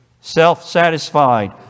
self-satisfied